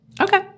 Okay